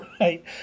right